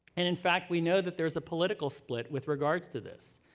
and in fact, we know that there's a political split with regards to this.